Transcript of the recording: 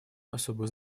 особую